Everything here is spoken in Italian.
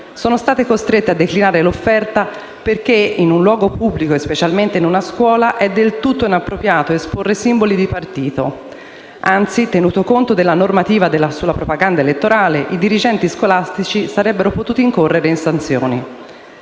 sono state costrette a declinare l’offerta perché in un luogo pubblico, specialmente in una scuola, è del tutto inappropriato esporre simboli di partito. Anzi, tenuto conto della normativa sulla propaganda elettorale, i dirigenti scolastici sarebbero potuti incorrere in sanzioni.